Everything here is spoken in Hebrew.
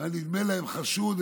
היה נדמה להם שהוא חשוד.